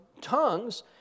tongues